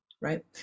right